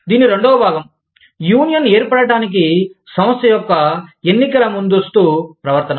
దీని రెండవ భాగం యూనియన్ ఏర్పడటానికి సంస్థ యొక్క ఎన్నికల ముందస్తు ప్రవర్తన